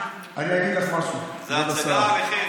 זאת הצגה עליכם, עלובי החיים.